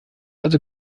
also